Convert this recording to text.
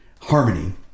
harmony